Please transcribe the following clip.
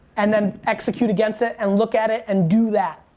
and then execute against it and look at it and do that.